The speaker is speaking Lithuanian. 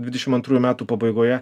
dvidešim antrųjų metų pabaigoje